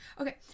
okay